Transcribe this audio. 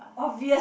obvious